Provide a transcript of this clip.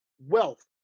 wealth